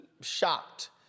shocked